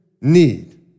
need